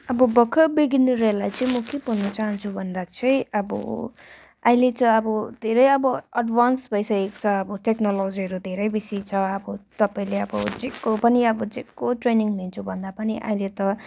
अब भर्खर बिगनरहरूलाई चाहिँ म भन्न चहान्छु भन्दा चाहिँ अब अहिले चाहिँ अब धेरै अब एडभान्स भइसकेकोछ अब टेकनोलोजीहरू धेरै बेसि छ अब तपाईँले अब जे को पनि अब जेको ट्रेनिङ लिन्छु भन्दा पनि अहिले त